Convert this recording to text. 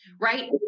right